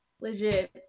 Legit